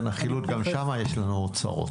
לא,